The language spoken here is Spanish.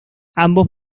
ambos